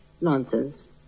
nonsense